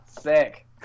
sick